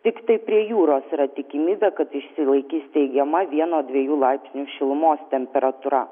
tiktai prie jūros yra tikimybė kad išsilaikys teigiama vieno dviejų laipsnių šilumos temperatūra